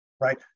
right